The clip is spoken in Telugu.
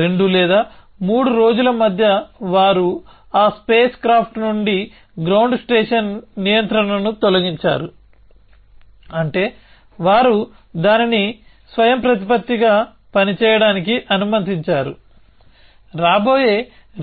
రెండు లేదా మూడురోజుల మధ్య వారు ఆ స్పేస్ క్రాఫ్ట్ నుండి గ్రౌండ్ స్టేషన్ నియంత్రణను తొలగించారు అంటే వారు దానిని స్వయంప్రతిపత్తిగా పని చేయడానికి అనుమతించారు రాబోయే